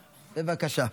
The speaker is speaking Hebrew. בבקשה.